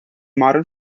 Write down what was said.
modern